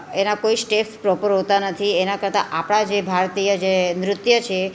એના કોઈ step proper હોતા નથી એના કરતાં આપણા જે ભારતીય જે નૃત્ય છે